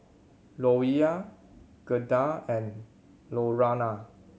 Louella Gerda and Lurana